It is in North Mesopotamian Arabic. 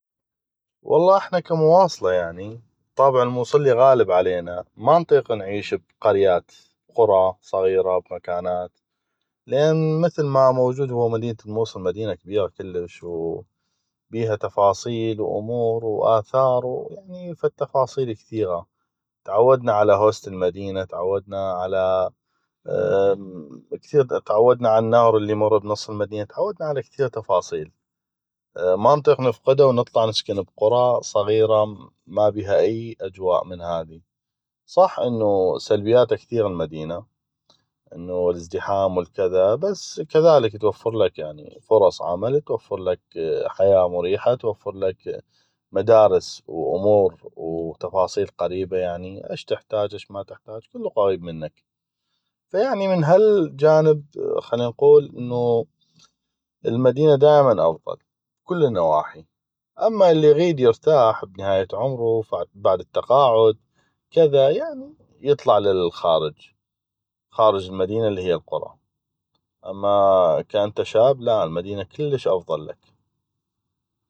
والله احنا كمواصلة يعني الطابع الموصللي غالب علينا ما نطيق نعيش بقريات بقرى صغيرة بمكانات لان مثل ما موجود هو مدينة الموصل هي مدينة كبيغة كلش بيها تفاصيل وامور واثار و يعني فد تفاصيل كثيغة تعودنا على هوسة المدينة تعودنا على عالنهر اللي يمر بنص المدينة تعودنا على كثيغ تفاصيل ما نطيق نفقده ونطلع نسكن بقرى صغيرة ما بيها أي اجواء من هاذي صح انو سلبياته كثيغة المدينة انو الازدحام وال كذا بس كذلك توفرلك فرص عمل توفرلك حياة مريحة توفرلك مدارس وامور وتفاصيل قريبة يعني آش تحتاج آش ما تحتاج كلو قغيب منك فيعني من هالجانب خلي نقول انو المدينة دائما افضل اما اللي يغيد يرتاح نهاية عمغو بعد التقاعد كذا يطلع خارج المدينة اللي هيه القرى اما انته ك شاب المدينة دائما افضل